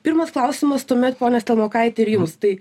pirmas klausimas tuomet pone stelmokaiti ir jums tai